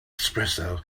espresso